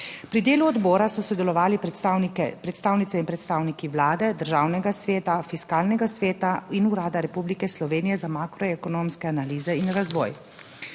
Pri delu odbora so sodelovali predstavniki, predstavnice in predstavniki Vlade, Državnega sveta, Fiskalnega sveta in Urada Republike Slovenije za makroekonomske analize in razvoj.